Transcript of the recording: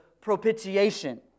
propitiation